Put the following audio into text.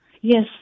Yes